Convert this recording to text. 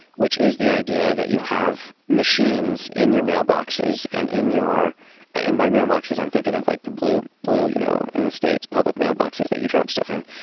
which is the idea that you have machines in your mailboxes and in your ah by mailboxes, i'm thinking of like the blue blue you know in the states, public mailboxes that you drop stuff in,